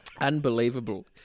Unbelievable